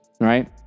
Right